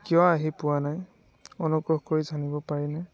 এই কিয় আহি পোৱা নাই অনুগ্ৰহ কৰি জানিব পাৰিম নে